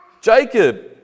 Jacob